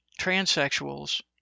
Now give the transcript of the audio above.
transsexuals